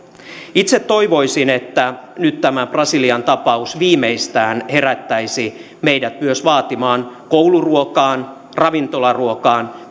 itse toivoisin että nyt tämä brasilian tapaus viimeistään herättäisi meidät vaatimaan myös kouluruokaan ravintolaruokaan